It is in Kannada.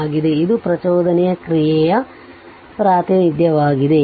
ಆಗಿದೆ ಇದು ಪ್ರಚೋದನೆಯ ಕ್ರಿಯೆಯ ಪ್ರಾತಿನಿಧ್ಯವಾಗಿದೆ